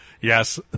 Yes